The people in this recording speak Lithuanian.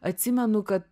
atsimenu kad